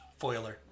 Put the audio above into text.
foiler